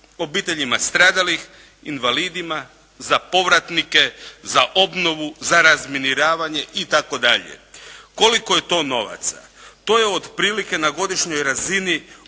obiteljima stradalih, invalidima, za povratnike, za obranu, za razminiravanje i tako dalje. Koliko je to novaca? To je otprilike na godišnjoj razini oko